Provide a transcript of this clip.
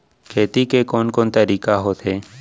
खेती के कोन कोन तरीका होथे?